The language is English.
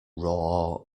raw